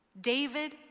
David